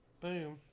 Boom